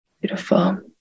Beautiful